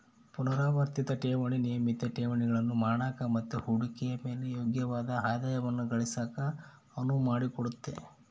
ಪುನರಾವರ್ತಿತ ಠೇವಣಿ ನಿಯಮಿತ ಠೇವಣಿಗಳನ್ನು ಮಾಡಕ ಮತ್ತೆ ಹೂಡಿಕೆಯ ಮೇಲೆ ಯೋಗ್ಯವಾದ ಆದಾಯವನ್ನ ಗಳಿಸಕ ಅನುವು ಮಾಡಿಕೊಡುತ್ತೆ